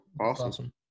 Awesome